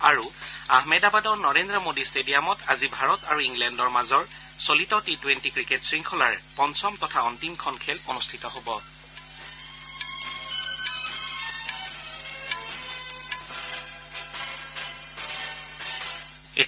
আৰু আহমেদবাদৰ নৰেন্দ্ৰ মোডী ষ্টেডিয়ামত আজি ভাৰত আৰু ইংলেণ্ডৰ মাজৰ চলিত টি টুৰেণ্টি ক্ৰিকেট শৃংখলাৰ পঞ্চম তথা অন্তিমখন খেল অনুষ্ঠিত হ'ব